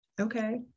okay